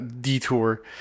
detour